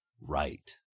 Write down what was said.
right